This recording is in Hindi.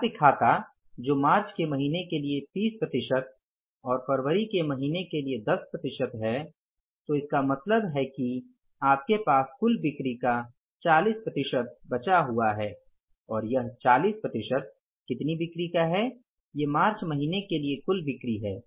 प्राप्य खाता जो मार्च के महीने के लिए ३० प्रतिशत और फरवरी के महीने के लिए १० प्रतिशत है तो इसका मतलब है कि आपके पास कुल बिक्री का ४० प्रतिशत बचा हुआ है और यह ४० प्रतिशत कितनी बिक्री का है ये मार्च महीने के लिए कुल बिक्री है